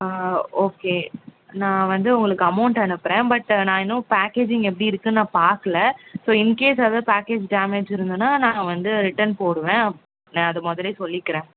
okay நான் வந்து உங்களுக்கு அமௌண்ட் அனுப்புகிறேன் பட்டு நான் இன்னும் பேக்கேஜ்ஜிங் எப்படி இருக்குதுனு நான் பார்கல ஸோ இன்கேஸ் ஏதாவது பேக்கேஜ் டேமேஜ் இருந்ததுனா நான் வந்து ரிட்டன் போடுவேன் நான் அது மொதலையே சொல்லிக்கிறேன்